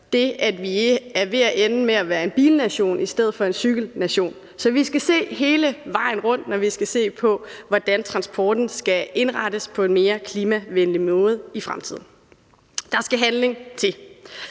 nok – vi er ved at ende med at være en bilnation i stedet for en cykelnation. Vi skal se hele vejen rundt, når vi skal se på, hvordan transporten skal indrettes på en mere klimavenlig måde i fremtiden. Der skal handling til.